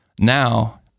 now